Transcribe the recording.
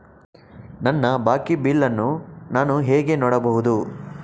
ನನ್ನ ಬಾಕಿ ಬಿಲ್ ಅನ್ನು ನಾನು ಹೇಗೆ ನೋಡಬಹುದು?